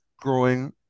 growing